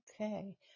Okay